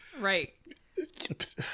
Right